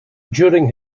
during